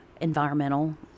environmental